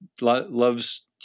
loves